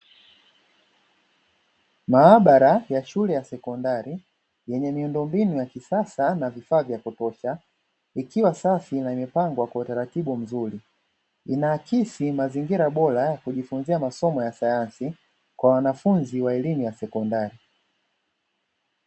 Maabara ya shule ya sekondari yenye miundombinu ya kisasa na vifaa vya kutosha ikiwa safi na imepangwa kwa utaratibu mzuri, inaakisi mazingira bora ya kujifunzia masomo ya sayansi kwa wanafunzi wa elimu ya sekondari.